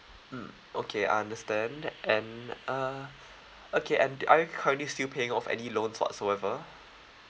mm okay I understand and uh okay and are you currently still paying off any loans whatsoever